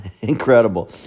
incredible